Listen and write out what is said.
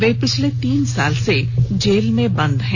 वे पिछले तीन साल से जेल में बंद हैं